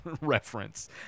reference